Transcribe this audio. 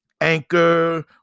Anchor